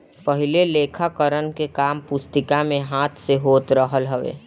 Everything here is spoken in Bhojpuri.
पहिले लेखाकरण के काम पुस्तिका में हाथ से होत रहल हवे